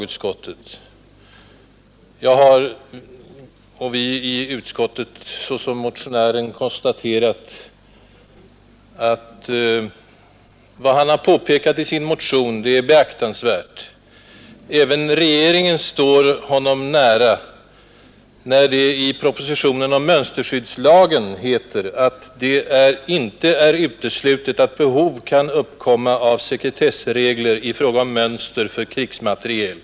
Utskottet har konstaterat att det som herr Löfgren tagit upp i sin motion är beaktansvärt. Även regeringen står honom nära i det avseendet; i propositionen om mönsterskyddslagen heter det att det inte är uteslutet att behov kan uppkomma av sekretessregler i fråga om mönster för krigsmateriel.